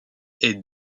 est